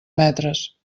metres